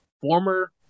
former